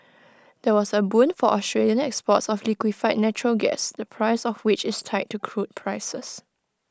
that was A boon for Australian exports of liquefied natural gas the price of which is tied to crude prices